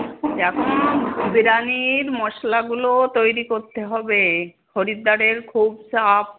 এখন বিরিয়ানির মশলাগুলো তৈরি করতে হবে খরিদ্দারের খুব চাপ